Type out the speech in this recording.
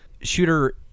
Shooter